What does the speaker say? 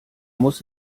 muss